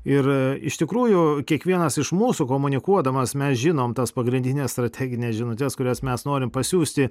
ir iš tikrųjų kiekvienas iš mūsų komunikuodamas mes žinom tas pagrindines strategines žinutes kurias mes norim pasiųsti